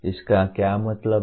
इसका क्या मतलब है